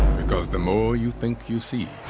because the more you think you see,